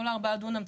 כל הארבעה דונם,